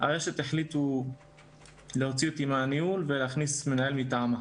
הרשת החליטה להוציא אותי מן הניהול ולהכניס מנהל מטעמה.